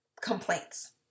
complaints